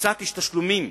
והצעתי שתשלומים